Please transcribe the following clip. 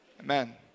Amen